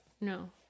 no